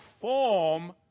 form